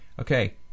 Okay